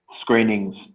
screenings